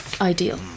ideal